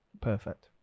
perfect